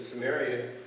Samaria